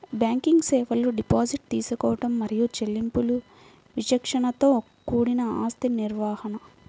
banking సేవలు deposit తీసుకోవడం మరియు చెల్లింపులు విచక్షణతో కూడిన ఆస్తి నిర్వహణ,